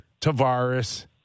Tavares